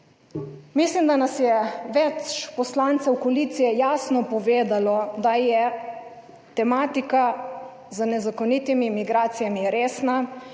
Mislim, da nas je več poslancev koalicije jasno povedalo, da je tematika z nezakonitimi migracijami resna.